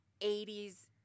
80s